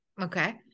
Okay